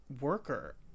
worker